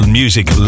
music